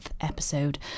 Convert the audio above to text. episode